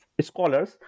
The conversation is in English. scholars